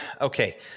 Okay